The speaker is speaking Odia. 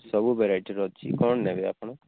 ସବୁ ଭେରାଇଟିର ଅଛି କ'ଣ ନେବେ ଆପଣ